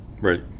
Right